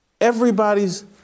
Everybody's